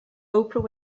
oprah